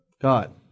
God